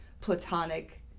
platonic